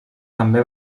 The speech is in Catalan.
també